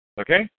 Okay